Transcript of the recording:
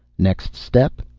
next step,